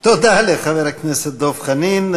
תודה לחבר הכנסת דב חנין.